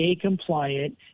compliant